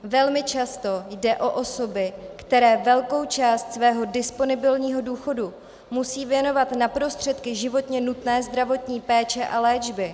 Velmi často jde o osoby, které velkou část svého disponibilního důchodu musí věnovat na prostředky životně nutné zdravotní péče a léčby.